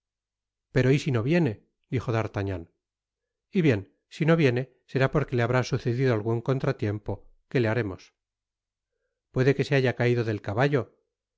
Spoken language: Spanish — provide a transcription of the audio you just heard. pero y si no viene dijo d'artagnan y bien si no viene será porque le habrá sucedido algun contratiempo qué le haremos puede que se haya caido de caballo